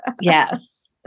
Yes